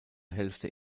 hälfte